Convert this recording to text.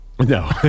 No